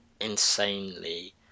insanely